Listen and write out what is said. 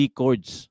chords